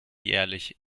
jährlich